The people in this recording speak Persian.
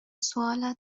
سوالات